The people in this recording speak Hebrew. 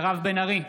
מירב בן ארי,